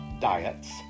diets